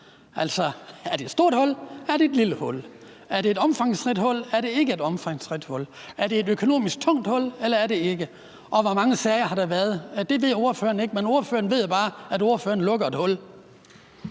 Altså, er det et stort hul? Er det et lille hul? Er det et omfangsrigt hul? Er det ikke et omfangsrigt hul? Er det et økonomisk tungt hul? Eller er det ikke? Og hvor mange sager har der været? Det ved ordføreren ikke, men ordføreren ved bare, at ordføreren lukker et hul.